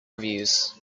reviews